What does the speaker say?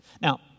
Now